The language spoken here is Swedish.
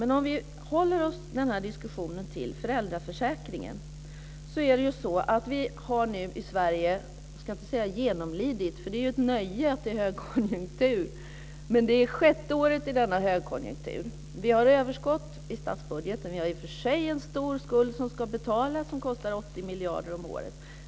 Men om vi håller oss i den här diskussionen till föräldraförsäkringen har vi nu i Sverige - jag ska inte säga genomlidit för det är ju ett nöje att det är högkonjunktur - för sjätte året högkonjunktur. Vi har överskott i statsbudgeten. Vi har i och för sig en stor skuld som ska betalas och som kostar 80 miljarder om året.